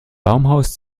baumhaus